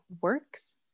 works